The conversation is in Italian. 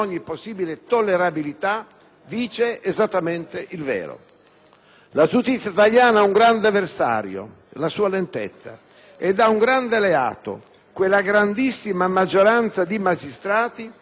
La giustizia italiana ha un grande avversario, la sua lentezza, e ha un grande alleato: quella grandissima maggioranza di magistrati che ha vinto il concorso avendo grande passione per questo lavoro,